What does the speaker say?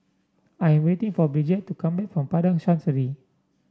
I am waiting for Bridgette to come back from Padang Chancery